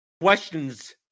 questions